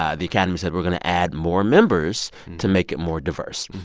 ah the academy said, we're going to add more members to make it more diverse.